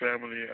family